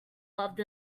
loved